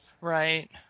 Right